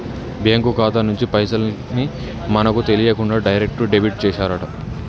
bank ఖాతా నుంచి పైసల్ ని మనకు తెలియకుండా డైరెక్ట్ డెబిట్ చేశారట